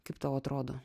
kaip tau atrodo